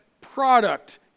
product